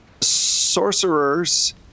Sorcerers